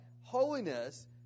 Holiness